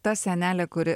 ta sienelė kuri